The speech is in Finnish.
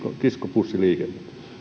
kiskobussiliikenne